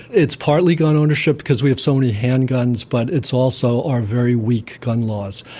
it's partly gun ownership because we have so many handguns, but it's also our very weak gun laws.